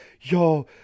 yo